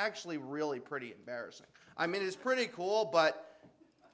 actually really pretty embarrassing i mean it is pretty cool but